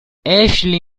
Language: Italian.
ashley